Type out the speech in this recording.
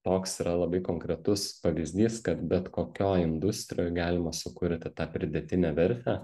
toks yra labai konkretus pavyzdys kad bet kokioj industrijoj galima sukurti tą pridėtinę vertę